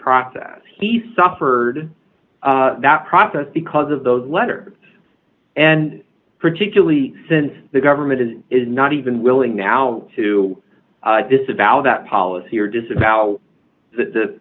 process he suffered that process because of the letter and particularly since the government is not even willing now to disavow that policy or disavow the